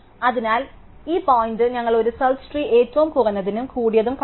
അതിനാൽ ഈ പോയിന്റ് ഞങ്ങൾ ഒരു സെർച്ച് ട്രീ ഏറ്റവും കുറഞ്ഞതും കൂടിയതും കണ്ടെത്തി